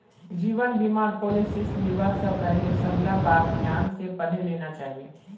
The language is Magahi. जीवन बीमार पॉलिसीस लिबा स पहले सबला बात ध्यान स पढ़े लेना चाहिए